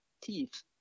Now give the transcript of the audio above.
teeth